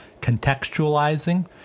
contextualizing